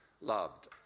loved